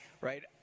Right